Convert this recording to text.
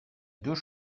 deux